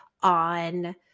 on